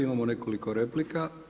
Imamo nekoliko replika.